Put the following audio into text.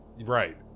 right